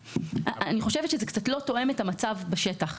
אני חושבת שזה קצת לא תואם את המצב בשטח.